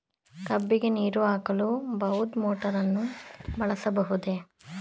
ಕಬ್ಬಿಗೆ ನೀರು ಹಾಕಲು ಬೃಹತ್ ಮೋಟಾರನ್ನು ಬಳಸಬಹುದೇ?